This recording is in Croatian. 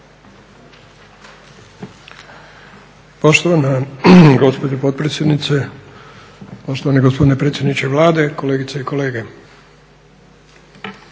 Poštovana gospođo potpredsjednice, poštovani gospodine predsjedniče Vlade, kolegice i kolege.